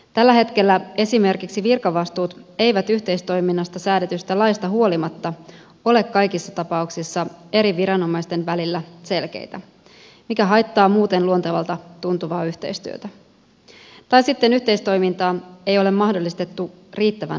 tällä hetkellä esimerkiksi virkavastuut eivät yhteistoiminnasta säädetystä laista huolimatta ole kaikissa tapauksissa eri viranomaisten välillä selkeitä mikä haittaa muuten luontevalta tuntuvaa yhteistyötä tai sitten yhteistoimintaa ei ole mahdollistettu riittävän laajaksi